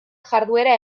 jarduera